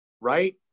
right